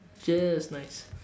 just nice